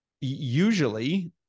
usually